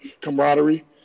camaraderie